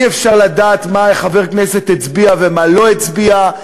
אי-אפשר לדעת מה חבר כנסת הצביע ומה לא הצביע,